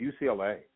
UCLA